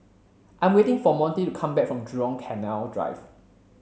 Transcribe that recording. I'm waiting for Montie to come back from Jurong Canal Drive